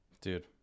Dude